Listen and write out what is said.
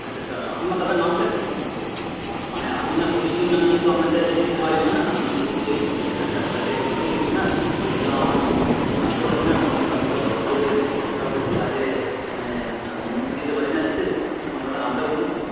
আচ্ছা আচ্ছা তা আপনার দাদার নামটা কি মানে আমি না পরিচয় না নিয়ে তো আপনাকে আর যেতে দিতে পারি না আমি যেহেতু এই একটা ফ্ল্যাটের সিকিউরিটি না তো এগুলো আমার আমাকে তো জানতে হবে না নাহলে তো আমি তো আর হুট করে যে কাউকে তো ফ্ল্যাটে মানে অনুমতি দিতে পারি না যেতে আপনার দাদার নামটা বলুন